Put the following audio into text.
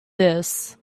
this